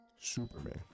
superman